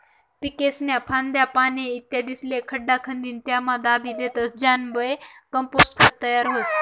पीकेस्न्या फांद्या, पाने, इत्यादिस्ले खड्डा खंदीन त्यामा दाबी देतस ज्यानाबये कंपोस्ट खत तयार व्हस